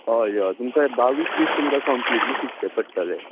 हय हय तुमका बावीस दीस तुमकां कमप्लिटली शिकचें पडटले